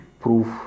proof